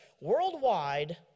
worldwide